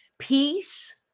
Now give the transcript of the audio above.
Peace